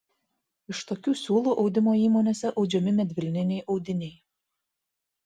iš tokių siūlų audimo įmonėse audžiami medvilniniai audiniai